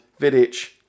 Vidic